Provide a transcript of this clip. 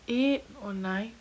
eight or nine